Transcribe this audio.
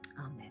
Amen